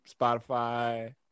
Spotify